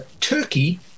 Turkey